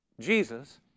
Jesus